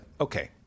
Okay